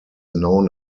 known